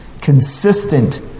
consistent